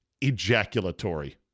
ejaculatory